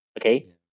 okay